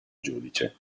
giudice